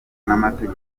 n’amateka